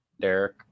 Derek